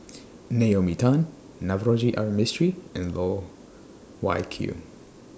Naomi Tan Navroji R Mistri and Loh Wai Kiew